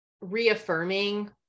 reaffirming